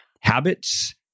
habits